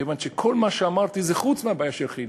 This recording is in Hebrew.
כיוון שכל מה שאמרתי זה שחוץ מהבעיה של כי"ל,